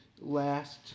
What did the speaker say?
last